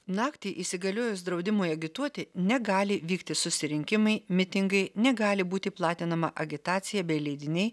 naktį įsigaliojus draudimui agituoti negali vykti susirinkimai mitingai negali būti platinama agitacija bei leidiniai